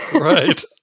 Right